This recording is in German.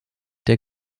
der